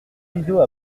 rideaux